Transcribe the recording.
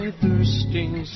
thirsting